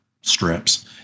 strips